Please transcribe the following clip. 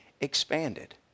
expanded